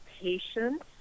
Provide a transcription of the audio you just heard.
patience